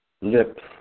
lips